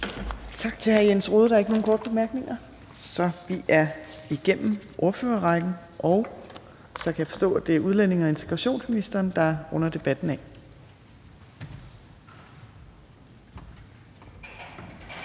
Tak til hr. Jens Rohde. Der er ikke nogen korte bemærkninger. Så er vi igennem ordførerrækken. Jeg kan forstå, at det er udlændinge- og integrationsministeren, der runder debatten af.